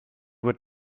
would